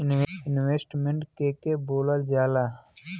Investment के के बोलल जा ला?